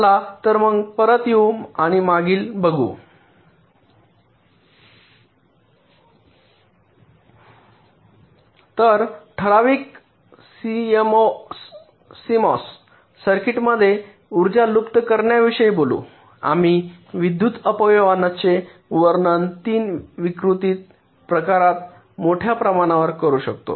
चला परत येऊ मागिल बघू तर ठराविक सीएमओएस सर्किटमध्ये उर्जा लुप्त होण्याविषयी बोलू आम्ही विद्युत अपव्ययतेचे वर्णन 3 विस्तृत प्रकारात मोठ्या प्रमाणावर करू शकतो